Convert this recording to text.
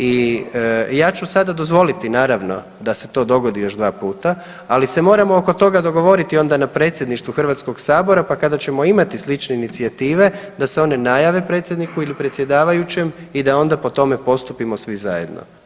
I ja ću sada dozvoliti naravno da se to dogodi još dva puta, ali se moramo oko toga dogovoriti onda na predsjedništvu HS-a, pa kada ćemo imati slične inicijative da se one najave predsjedniku ili predsjedavajućem i da onda po tome postupimo svi zajedno.